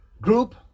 group